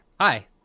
Hi